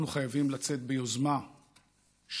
אנחנו חייבים לצאת ביוזמה שלנו